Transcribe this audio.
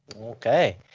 Okay